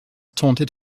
taunted